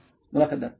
मुलाखतदार ठीक आहे